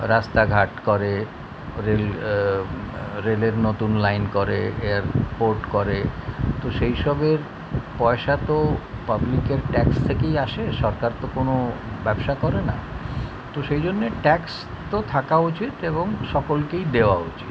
রাস্তাঘাট করে রেল রেলের নতুন লাইন করে এয়ারপোর্ট করে তো সেইসবের পয়সা তো পাবলিকের ট্যাক্স থেকেই আসে সরকার তো কোনো ব্যবসা করে না তো সেই জন্যে ট্যাক্স তো থাকা উচিত এবং সকলকেই দেওয়া উচিত